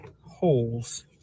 holes